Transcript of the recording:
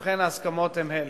ובכן, ההסכמות הן אלה: